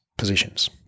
positions